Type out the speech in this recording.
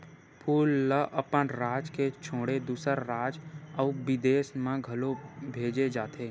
फूल ल अपन राज के छोड़े दूसर राज अउ बिदेस म घलो भेजे जाथे